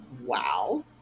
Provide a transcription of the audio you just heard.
wow